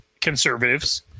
conservatives